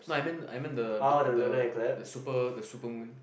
no I meant I meant the the the super the super moon